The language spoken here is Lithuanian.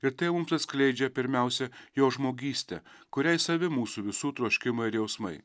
ir tai mums atskleidžia pirmiausia jo žmogystę kuriai sai mūsų visų troškimai ir jausmai